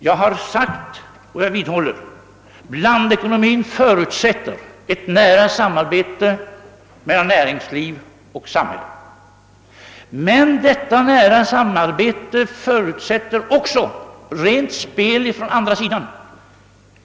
Jag har sagt, och jag vidhåller det, att blandekonomin förutsätter ett nära samband mellan näringsliv och samhälle. Men detta nära samband förutsätter också rent spel från andra sidan.